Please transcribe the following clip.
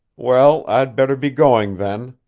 well, i'd better be going then,